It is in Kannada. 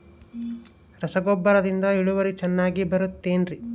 ರಸಗೊಬ್ಬರದಿಂದ ಇಳುವರಿ ಚೆನ್ನಾಗಿ ಬರುತ್ತೆ ಏನ್ರಿ?